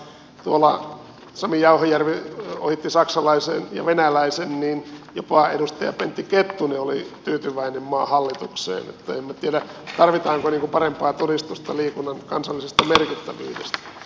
ja nyt kun sami jauhojärvi ohitti saksalaisen ja venäläisen niin jopa edustaja pentti kettunen oli tyytyväinen maan hallitukseen niin että en minä tiedä tarvitaanko parempaa todistusta liikunnan kansallisesta merkittävyydestä